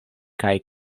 kaj